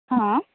ହଁ